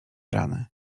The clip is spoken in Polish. rany